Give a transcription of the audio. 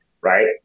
Right